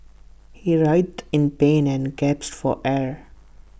he writhed in pain and gasped for air